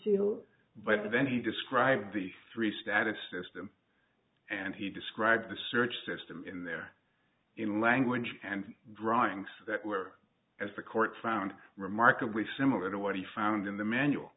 conceal but then he described the three status system and he described the search system in there in language and drawings that were as the court found remarkably similar to what he found in the manual